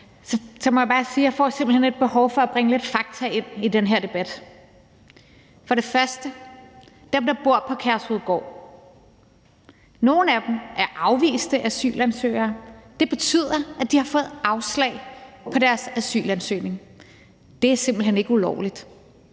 må jeg bare sige, at jeg simpelt hen får et behov for at bringe lidt fakta ind i den her debat. Først vil jeg sige om dem, der bor på Kærshovedgård: Nogle af dem er afviste asylansøgere. Det betyder, at de har fået afslag på deres asylansøgning. Det er simpelt hen ikke ulovligt.